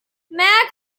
magpie